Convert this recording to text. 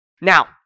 Now